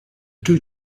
two